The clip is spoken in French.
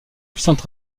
puissante